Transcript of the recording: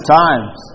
times